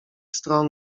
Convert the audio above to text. stron